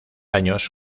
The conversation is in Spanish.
años